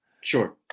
Sure